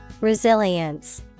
Resilience